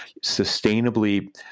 sustainably